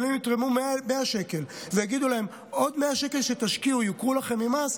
אבל אם יתרמו 100 שקל ויגידו להם: עוד 100 שקל שתשקיעו יוכרו לכם במס,